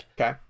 Okay